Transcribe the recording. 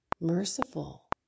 merciful